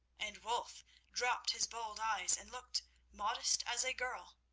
and wulf dropped his bold eyes and looked modest as a girl.